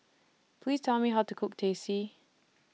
Please Tell Me How to Cook Teh C